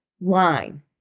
line